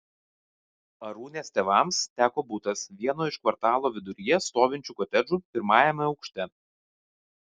arūnės tėvams teko butas vieno iš kvartalo viduryje stovinčių kotedžų pirmajame aukšte